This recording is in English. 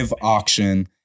auction